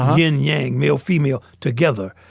yin-yang male-female together.